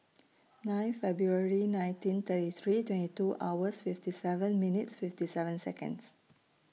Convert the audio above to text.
nine February nineteen thirty three twenty two hours fifty seven minutes fifty seven Seconds